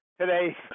today